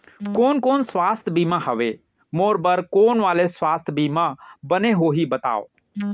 कोन कोन स्वास्थ्य बीमा हवे, मोर बर कोन वाले स्वास्थ बीमा बने होही बताव?